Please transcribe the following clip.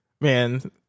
man